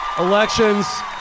Elections